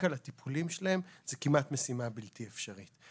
על הטיפולים שלהם זו כמעט משימה בלתי אפשרית.